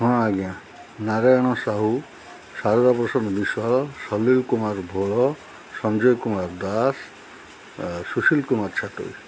ହଁ ଆଜ୍ଞା ନାରାୟଣ ସାହୁ ଶାରଦା ପ୍ରସାଦ ବିଶ୍ୱାଳ ସଲିଲ କୁମାର ଭୋଳ ସଞ୍ଜୟ କୁମାର ଦାସ ସୁଶୀଲ କୁମାର ଛାଟୋଇ